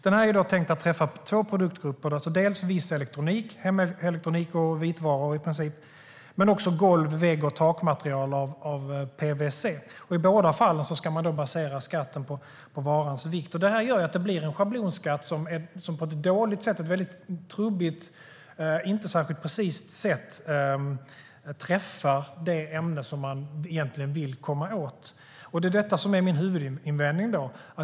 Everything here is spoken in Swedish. Den är tänkt att träffa två produktgrupper: viss elektronik - i princip hemelektronik och vitvaror - men också golv, vägg och takmaterial av PVC. I båda fallen ska skatten baseras på varans vikt. Det gör att det blir en schablonskatt som på ett dåligt, trubbigt och inte särskilt precist sätt träffar det ämne man egentligen vill komma åt. Det är det som är min huvudinvändning.